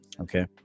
okay